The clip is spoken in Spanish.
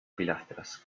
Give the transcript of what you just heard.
pilastras